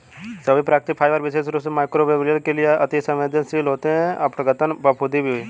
सभी प्राकृतिक फाइबर विशेष रूप से मइक्रोबियल के लिए अति सवेंदनशील होते हैं अपघटन, फफूंदी भी